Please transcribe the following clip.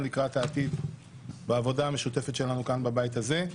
לקראת העתיד בעבודה המשותפת שלנו כאן בבית הזה.